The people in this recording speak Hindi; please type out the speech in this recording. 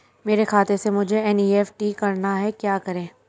मेरे खाते से मुझे एन.ई.एफ.टी करना है क्या करें?